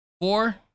Four